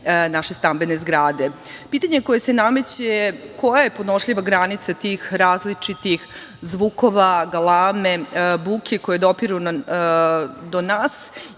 naše stambene zgrade. Pitanje koje se nameće je koja je podnošljiva granica tih različitih zvukova, galame, buke, koji dopiru do nas